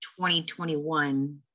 2021